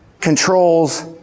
controls